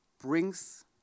brings